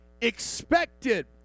expected